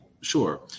Sure